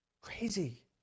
Crazy